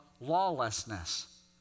lawlessness